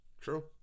True